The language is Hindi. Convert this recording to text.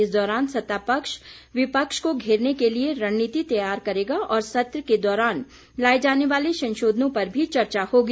इस दौरान सत्ता पक्ष विपक्ष को घेरने के लिए रणनीति तैयार करेगा और सत्र के दौरान लाये जाने वाले संशोधनों पर भी चर्चा होगी